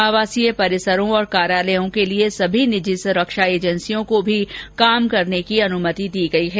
आवासीय परिसरों और कार्यालयों के लिए सभी निजी सुरक्षा एजेंसियों को भी काम करने की अनुमति दी गई है